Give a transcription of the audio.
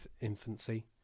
infancy